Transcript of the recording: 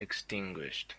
extinguished